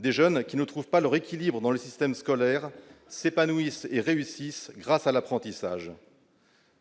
des jeunes qui ne trouvent pas leur équilibre dans le système scolaire s'épanouissent et réussissent grâce à l'apprentissage.